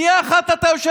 כי אני רוצה,